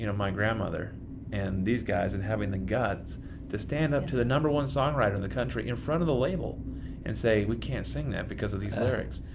you know my grandmother and these guys and having the guts to stand up to the number one songwriter in the country in front of the label and say, we can't sing that because of those lyrics.